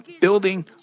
building